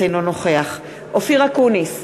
אינו נוכח אופיר אקוניס,